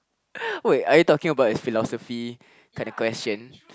wait are you talking about philosophy kind of question